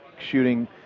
shooting